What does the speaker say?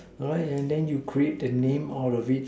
alright and then you create the name out of it